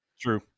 true